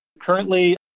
currently